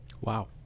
Wow